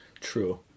True